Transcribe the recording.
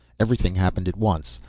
everything happened at once.